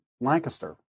Lancaster